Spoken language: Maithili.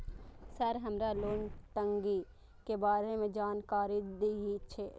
सर हमरा लोन टंगी के बारे में जान कारी धीरे?